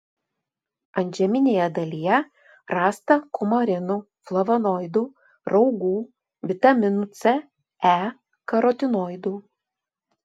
antžeminėje dalyje rasta kumarinų flavonoidų raugų vitaminų c e karotinoidų